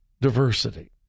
diversity